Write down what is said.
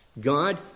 God